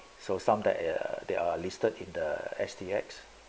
so some that ya they are listed in the S_D_X